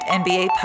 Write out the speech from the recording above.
nba